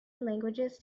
languages